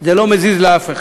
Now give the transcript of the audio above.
זה לא מזיז לאף אחד.